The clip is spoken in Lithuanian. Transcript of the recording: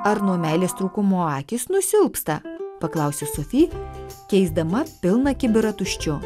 ar nuo meilės trūkumo akys nusilpsta paklausė sofija keisdama pilną kibirą tuščiu